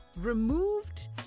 removed